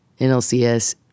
NLCS